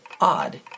odd